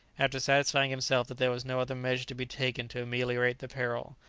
after satisfying himself that there was no other measure to be taken to ameliorate the peril,